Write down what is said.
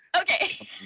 Okay